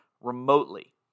remotely